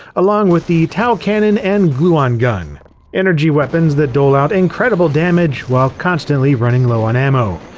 along with the tau cannon and gluon gun energy weapons that dole out incredible damage while constantly running low on ammo.